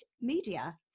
Media